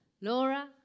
Laura